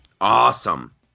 Awesome